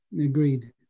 Agreed